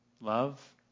Love